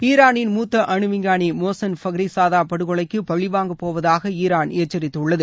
ஈரானின் மூத்த அணு விஞ்ஞானி மோசென் ஃபக்ரிஸாதா படுகொலைக்கு பழிவாங்க போவதாக ஈரான் எச்சரிததுள்ளது